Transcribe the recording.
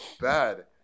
bad